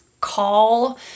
call